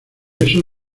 eso